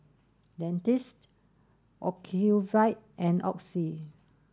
Dentiste Ocuvite and Oxy